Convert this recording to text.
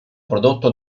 prodotto